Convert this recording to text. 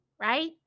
right